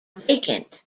vacant